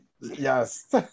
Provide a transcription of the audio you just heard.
Yes